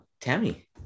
Tammy